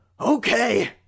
okay